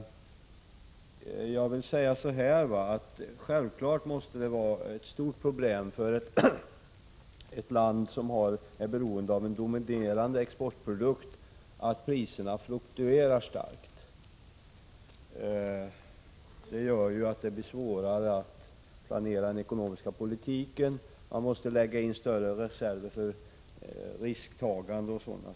Jag vill säga så här: Självfallet måste det vara ett stort problem för ett land som är beroende av en dominerande exportprodukt att priserna fluktuerar starkt. Det gör ju att det blir svårare att planera den ekonomiska politiken. Man måste avsätta större reserver för risktagande o.d.